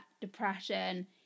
depression